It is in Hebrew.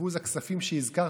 בזבוז הכספים שהזכרת,